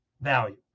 value